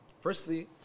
Firstly